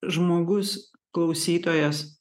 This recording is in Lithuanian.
žmogus klausytojas